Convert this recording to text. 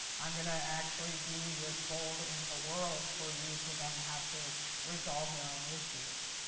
i'm going to actually be this bold in the world for you to then have to resolve your own issues.